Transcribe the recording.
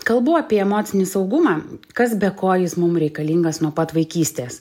kalbu apie emocinį saugumą kas be ko jis mum reikalingas nuo pat vaikystės